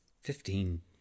Fifteen